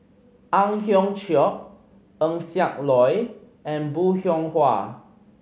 Ang Hiong Chiok Eng Siak Loy and Bong Hiong Hwa